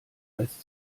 als